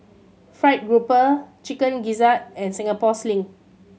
fried grouper Chicken Gizzard and Singapore Sling